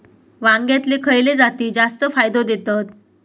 वांग्यातले खयले जाती जास्त फायदो देतत?